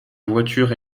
voiture